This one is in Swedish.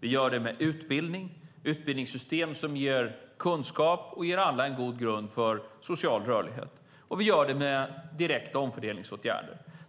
Vi gör det med utbildning. Vi ska ha ett utbildningssystem som ger kunskap och ger alla en god grund för social rörlighet. Och vi gör det med direkta omfördelningsåtgärder.